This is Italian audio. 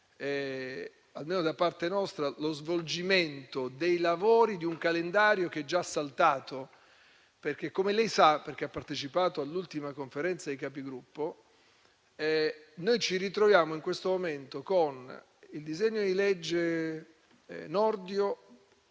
almeno da parte nostra, lo svolgimento dei lavori di un calendario che è già saltato. Infatti, come lei sa, perché ha partecipato all'ultima Conferenza dei Capigruppo, noi ci ritroviamo in questo momento con il disegno di legge Nordio